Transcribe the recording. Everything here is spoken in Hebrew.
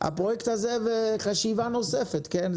הפרויקט הזה וחשיבה נוספת, כן?